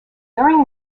during